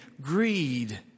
greed